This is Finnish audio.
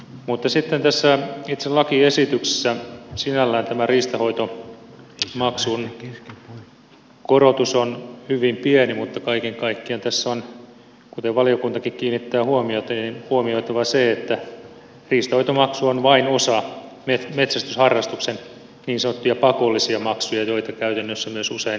mutta sitten itse tässä lakiesityksessä sinällään tämä riistanhoitomaksun korotus on hyvin pieni mutta kaiken kaikkiaan tässä on kuten valiokuntakin kiinnittää huomiota huomioitava se että riistanhoitomaksu on vain osa metsästysharrastuksen niin sanottuja pakollisia maksuja joita käytännössä myös usein korotetaan